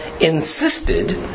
insisted